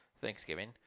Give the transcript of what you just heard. Thanksgiving